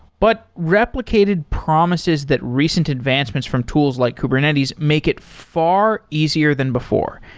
but replicated promises that recent advancements from tools like kubernetes make it far easier than before.